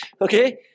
Okay